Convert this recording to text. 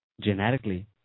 genetically